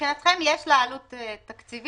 מבחינתכם יש לה עלות תקציבית,